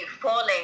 falling